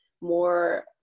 more